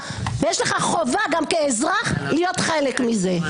ויש לך חובה גם כאזרח להיות חלק מזה.